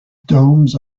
domes